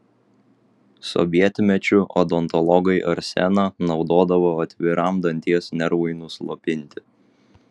sovietmečiu odontologai arseną naudodavo atviram danties nervui nuslopinti